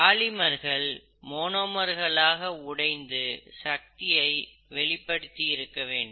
பாலிமர்கள் மோனோமர்களாக உடைந்து சக்தியை வெளிப்படுத்தி இருக்க வேண்டும்